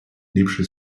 ліпше